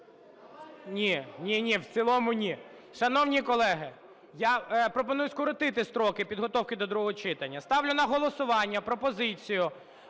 Ні-ні, в цілому - ні. Шановні колеги, я пропоную скоротити строки підготовки до другого читання. Ставлю на голосування пропозицію: